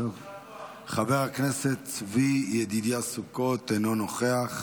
חבר הכנסת צבי ידידיה סוכות, אינו נוכח.